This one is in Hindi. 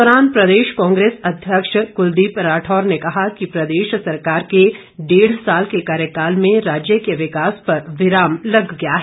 इस दौरान प्रदेश कांग्रेस अध्यक्ष कुलदीप राठौर ने कहा कि प्रदेश सरकार के डेढ साल के कार्यकाल में राज्य के विकास पर विराम लग गया है